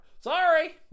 Sorry